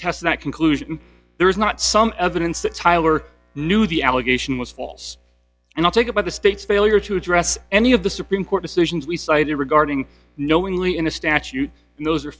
test that conclusion there is not some evidence that tyler knew the allegation was false and not take about the state's failure to address any of the supreme court decisions we cited regarding knowingly in a statute and those are